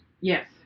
Yes